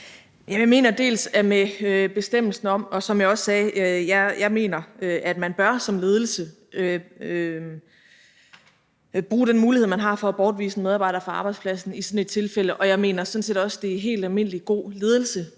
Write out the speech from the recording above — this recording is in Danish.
Som jeg sagde, mener jeg i forhold til den bestemmelse, at man som ledelse bør bruge den mulighed, man har, for at bortvise en medarbejder fra arbejdspladsen i sådan et tilfælde. Og jeg mener sådan set også, det er helt almindelig god ledelse